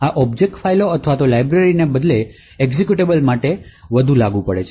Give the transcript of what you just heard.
આ ઑબ્જેક્ટ ફાઇલો અથવા લાઇબ્રેરિને બદલે એક્ઝેક્યુટેબલ માટે વધુ લાગુ પડે છે